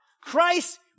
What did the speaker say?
Christ